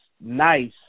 nice